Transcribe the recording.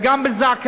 וגם את זק"א.